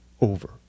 over